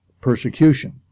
persecution